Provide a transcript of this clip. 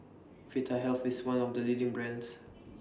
Vitahealth IS one of The leading brands